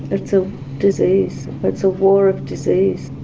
it's a disease, it's a war of disease.